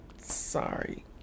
Sorry